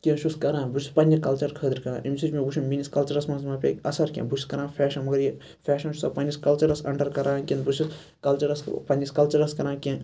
کینٛہہ چھُس کَران بہٕ چھُس پَننہِ کَلچَر خٲطرٕ کَران امہِ سۭتۍ چھُ مےٚ وٕچھُن میٲنِس کَلچَرَس مَنٛز مہَ پیٚیہِ اَثَر کینٛہہ بہٕ چھُس کَران فیشَن مَگَر یہِ فیشَن چھُسا پَننِس کَلچَرَس اَنڈَر کَران کِنہٕ بہٕ چھُس کَلچَرَس پَننِس کَلچَرَس کَران کینٛہہ